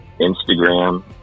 Instagram